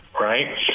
Right